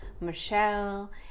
Michelle